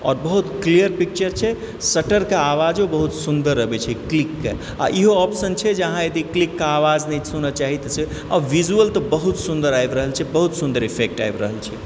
आओर बहुत clear picture छै शटरके आवजो बहुत सुन्दर आबै छै क्लिकके और ईहो अप्शन छै जे अहाँ यदि क्लिकके आवाज नहि सुनै चाहैत छी आ विजुअल तऽ बहुत सुन्दर आबि रहल छै बहुत सुन्दर इफेक्ट आबि रहल छै